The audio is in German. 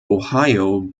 ohio